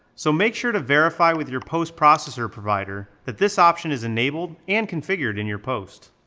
so make sure to verify with your post processor provider that this option is enabled and configured in your post.